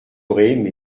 auraient